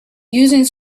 using